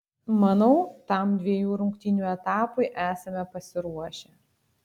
manau tam dviejų rungtynių etapui esame pasiruošę